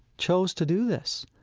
chose to do this.